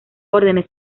órdenes